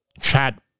chat